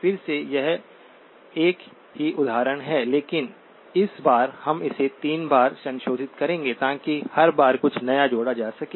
फिर से यह एक ही उदाहरण है लेकिन इस बार हम इसे 3 बार संशोधित करेंगे ताकि हर बार कुछ नया जोड़ा जा सके